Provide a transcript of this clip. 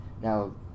now